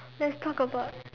let's talk about